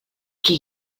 qui